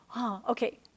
okay